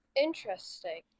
Interesting